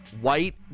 white